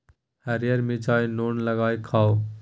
हरियर मिरचाई नोन लगाकए खो